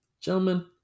Gentlemen